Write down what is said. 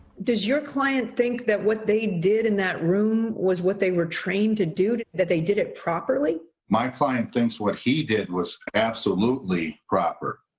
does your client think that what they did in that room was what they were trained to do, that they did it properly? my client thinks what he did was absolutely proper.